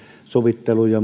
sovitteluja